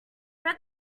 read